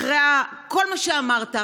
אחרי כל מה שאמרת,